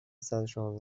سرشون